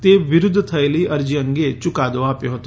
તે વિરૂધ્ધ થયેલી અરજી અંગે ચુકાદો આપ્યો હતો